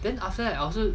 then after that also